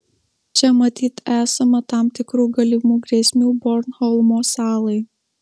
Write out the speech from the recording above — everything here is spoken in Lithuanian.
čia matyt esama tam tikrų galimų grėsmių bornholmo salai